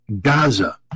Gaza